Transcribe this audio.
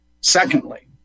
Secondly